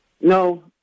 No